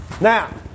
Now